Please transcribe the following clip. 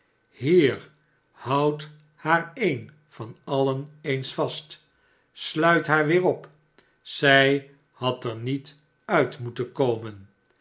hier houdt haar een van alien eens vast sluit haar weer op zij had er niet uit moeten komen